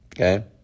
Okay